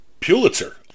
Pulitzer